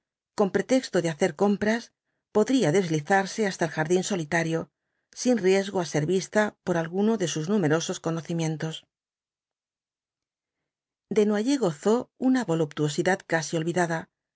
con pretexto de hacer compras podría deslizarse hasta el jardín solitario sin riesgo á ser vista por alguno de sus numerosos conocimientos desnoyers gozó una voluptuosidad casi olvidadala